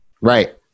right